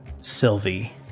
Sylvie